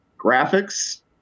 graphics